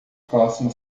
próxima